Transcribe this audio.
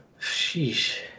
Sheesh